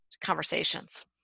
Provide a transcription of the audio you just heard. conversations